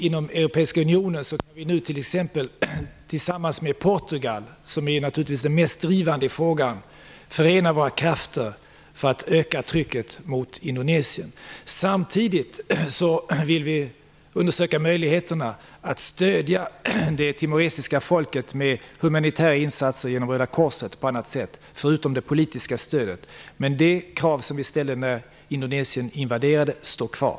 Inom Europeiska unionen kommer vi nu att förena oss med t.ex. Portugal, som naturligtvis är mest drivande i frågan, för att med förenade krafter försöka öka trycket mot Indonesien. Samtidigt vill vi undersöka möjligheterna att stödja det timoresiska folket med bl.a. humanitära insatser genom Röda korset, förutom med politiskt stöd. Men det krav som vi ställde när Indonesien invaderade står kvar.